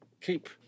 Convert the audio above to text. keep